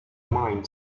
mind